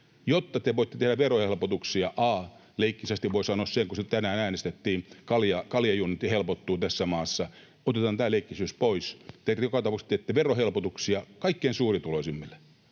jotta te voitte tehdä verohelpotuksia. Leikkisästi voi sanoa sen, kun se tänään äänestettiin: kaljanjuonti helpottuu tässä maassa. Otetaan tämä leikkisyys pois. Te joka tapauksessa teette verohelpotuksia kaikkein suurituloisimmille